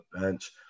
bench